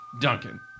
Duncan